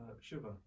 Shiva